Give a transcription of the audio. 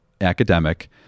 academic